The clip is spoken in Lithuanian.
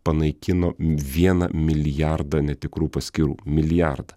panaikino vieną milijardą netikrų paskyrų milijardą